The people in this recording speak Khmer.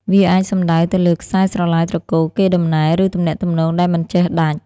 វាអាចសំដៅទៅលើខ្សែស្រឡាយត្រកូល កេរដំណែល ឬទំនាក់ទំនងដែលមិនចេះដាច់។